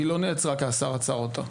לא נעצרה כי השר עצר אותה.